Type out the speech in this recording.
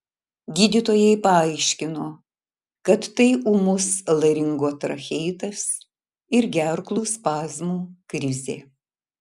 gydytojai paaiškino kad tai ūmus laringotracheitas ir gerklų spazmų krizė